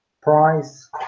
price